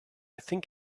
think